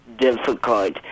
difficult